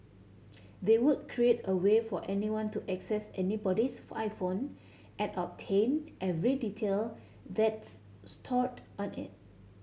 they would create a way for anyone to access anybody's iPhone and obtain every detail that's stored on it